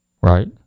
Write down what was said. Right